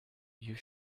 you